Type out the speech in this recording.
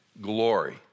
glory